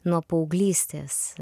nuo paauglystės